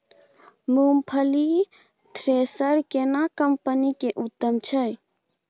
मूंगफली थ्रेसर केना कम्पनी के उत्तम छै?